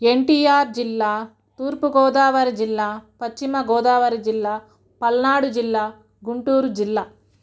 ఎన్టీఆర్ జిల్లా తూర్పు గోదావరి జిల్లా పశ్చిమ గోదావరి జిల్లా పల్నాడు జిల్లా గుంటూరు జిల్లా